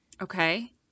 Okay